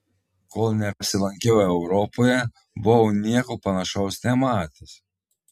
kol neapsilankiau europoje buvau nieko panašaus nematęs